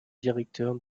directeurs